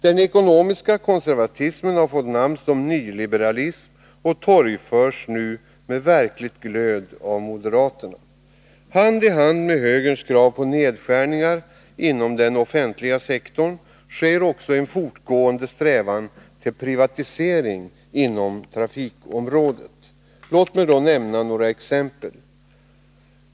Den ekonomiska konservatismen har fått namn som nyliberalism och torgförs nu med verklig glöd av moderaterna. Hand i hand med högerns krav på nedskärningar inom den offentliga sektorn går också en fortgående strävan till privatisering inom trafikområdet. Låt mig nämna några exempel!